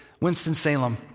Winston-Salem